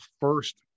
first